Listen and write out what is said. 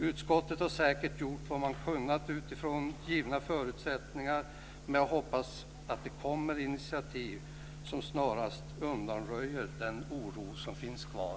Utskottet har säkert gjort vad man har kunnat utifrån givna förutsättningar, men jag hoppas att det snarast kommer initiativ som undanröjer den oro som finns kvar.